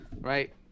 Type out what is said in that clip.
right